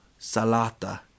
salata